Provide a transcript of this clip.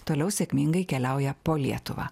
toliau sėkmingai keliauja po lietuvą